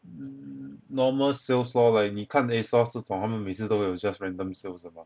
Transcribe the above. mm normal sales lor like 你看 Asos 这种他们每次都有 just random sales 的 mah